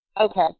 Okay